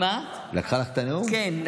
כן,